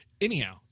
Anyhow